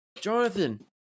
Jonathan